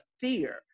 fear